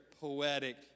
poetic